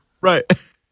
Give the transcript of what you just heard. Right